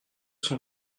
son